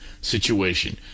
situation